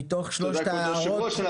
מתוך שלוש ההערות שלך,